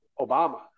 Obama